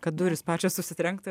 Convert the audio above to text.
kad durys pačios užsitrenktų